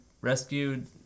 rescued